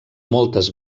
moltes